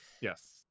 yes